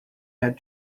had